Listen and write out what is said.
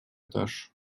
этаж